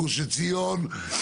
גוש עציון,